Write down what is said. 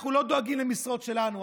אנחנו לא דואגים למשרות שלנו,